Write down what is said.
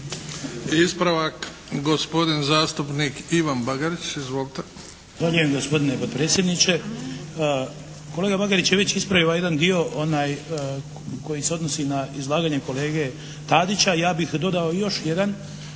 Ispravak gospodin zastupnik Ivan Bagarić. Izvolite! **Bagarić, Ivan (HDZ)** Zahvaljujem gospodine potpredsjedniče. Kolega Bagarić je već ispravio ovaj jedan dio, onaj koji se odnosi na izlaganje kolege Tadića. Ja bih dodao još jedan,